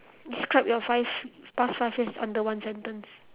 describe your five past five years under one sentence